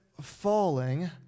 falling